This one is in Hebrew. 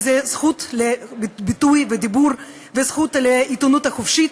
הזכות לביטוי ודיבור והזכות לעיתונות החופשית,